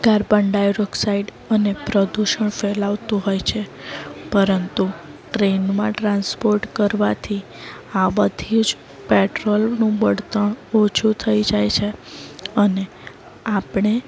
carbon dioxide અને પ્રદૂષણ ફેલાવતું હોય છે પરંતુ ટ્રેનમાં ટ્રાન્સપોર્ટ કરવાથી આ બધી જ પેટ્રોલનું બળતણ ઓછું થઈ જાય છે અને આપણે